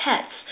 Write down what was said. pets